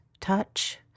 touch